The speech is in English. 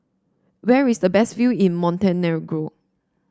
where is the best view in Montenegro